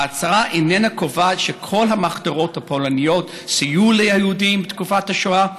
ההצהרה איננה קובעת שכל המחתרות הפולניות סייעו ליהודים בתקופת השואה,